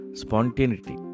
spontaneity